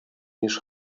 niż